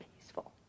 peaceful